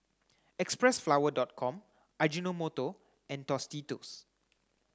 Xpressflower dot com Ajinomoto and Tostitos